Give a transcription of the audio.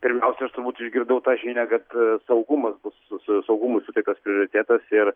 pirmiausia aš turbūt išgirdau tą žinią kad saugumas bus saugumui suteiktas prioritetas ir